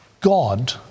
God